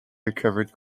recovered